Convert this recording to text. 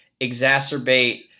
exacerbate